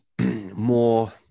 more